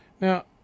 Now